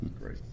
Great